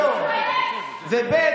אני אבוא, וב.